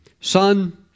son